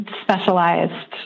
specialized